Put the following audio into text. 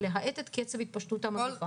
ולהאט את קצב התפשטות המגפה.